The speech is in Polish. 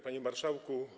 Panie Marszałku!